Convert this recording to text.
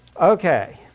Okay